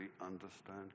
understand